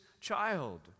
child